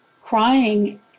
crying